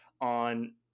on